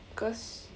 cause